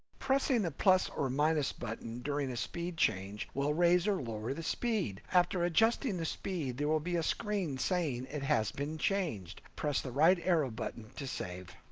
pressing the plus or minus button during a speech change will raise or lower the speed. after adjusting the speed there will be a screen saying it has been changed. press the right arrow button to save.